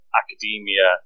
academia